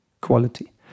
quality